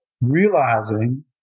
realizing